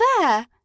there